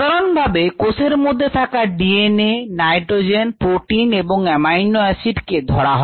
সাধারণভাবে কোষের মধ্যে থাকা DNA নাইটোজেন প্রোটিন এবং এমাইনো এসিড কে ধরা হয়